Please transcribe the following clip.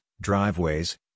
driveways